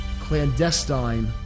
clandestine